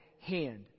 hand